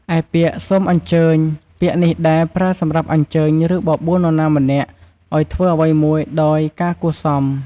ឯពាក្យ សូមអញ្ជើញ ពាក្យនេះដែរ ប្រើសម្រាប់អញ្ជើញ ឬបបួលនរណាម្នាក់ឲ្យធ្វើអ្វីមួយដោយការគួរសម។